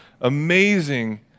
amazing